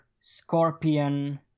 Scorpion